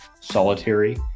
solitary